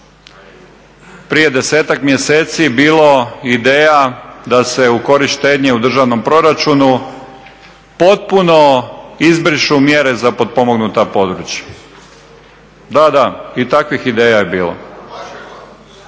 prije 10-ak mjeseci bilo ideja da se u korištenje u državnom proračunu potpuno izbrišu mjere za potpomognuta područja. Da, da i takvih ideja je bilo.